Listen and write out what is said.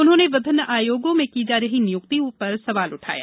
उन्होंने विभिन्न आयोगों में की जा रही नियुक्तियों पर सवाल उठाये